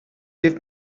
give